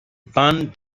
band